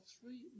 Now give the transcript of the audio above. three